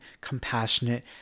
compassionate